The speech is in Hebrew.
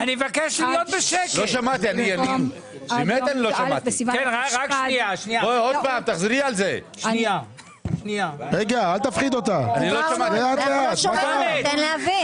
ולא גיל 7 עד גיל 13. אבל גם לא 13. בדיוק.